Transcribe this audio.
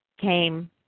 came